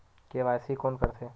KYC कोन करथे?